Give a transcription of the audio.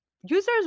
users